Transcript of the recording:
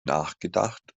nachgedacht